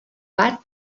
bat